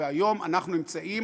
והיום אנחנו נמצאים